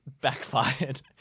backfired